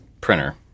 printer